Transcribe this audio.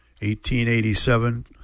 1887